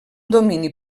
domini